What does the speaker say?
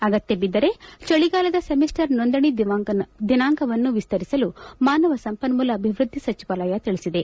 ಅಗತ್ಯ ಬಿದ್ದರೆ ಚಳಿಗಾಲದ ಸೆಮಿಸ್ಟರ್ ನೋಂದಣಿ ದಿನಾಂಕವನ್ನು ವಿಸ್ತರಿಸಲು ಮಾನವ ಸಂಪನ್ಮೂಲ ಅಭಿವೃದ್ಧಿ ಸಚಿವಾಲಯ ತಿಳಿಸಿದೆ